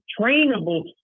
trainable